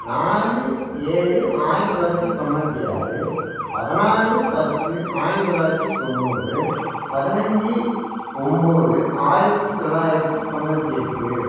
நாலு ஏழு ஆயிரத்தி தொள்ளாயிரத்தி தொண்ணூற்றி ஆறு பதினாலு பத்து ஆயிரத்தி தொள்ளாயிரத்தி தொண்ணூறு பதினஞ்சு ஒன்போது ஆயிரத்தி தொள்ளாயிரத்தி தொண்ணூற்றி எட்டு